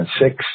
six